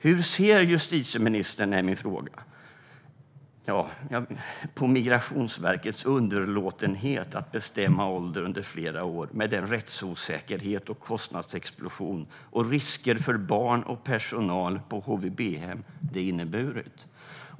Hur ser justitieministern på Migrationsverkets underlåtenhet att bestämma ålder under flera år med den rättsosäkerhet och kostnadsexplosion och de risker för barn och personal på HVB-hem det inneburit?